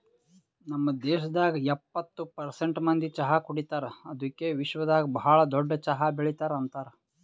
ನಮ್ ದೇಶದಾಗ್ ಎಪ್ಪತ್ತು ಪರ್ಸೆಂಟ್ ಮಂದಿ ಚಹಾ ಕುಡಿತಾರ್ ಅದುಕೆ ವಿಶ್ವದಾಗ್ ಭಾಳ ದೊಡ್ಡ ಚಹಾ ಬೆಳಿತಾರ್ ಅಂತರ್